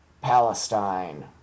Palestine